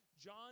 John